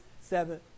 seven